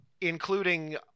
including